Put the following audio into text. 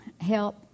help